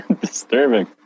Disturbing